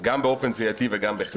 גם באופן סיעתי וגם בכלל.